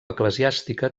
eclesiàstica